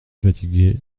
fatigué